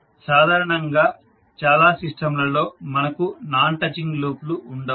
సాధారణంగా చాలా సిస్టంలలో మనకు నాన్ టచింగ్ లూప్లు ఉండవు